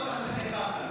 דירה.